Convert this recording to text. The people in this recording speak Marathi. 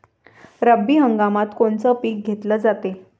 रब्बी हंगामात कोनचं पिक घेतलं जाते?